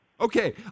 Okay